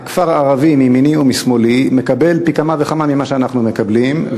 הכפר הערבי מימיני ומשמאלי מקבל פי כמה וכמה ממה שאנחנו מקבלים,